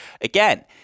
again –